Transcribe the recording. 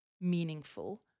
meaningful